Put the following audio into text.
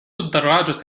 الدراجة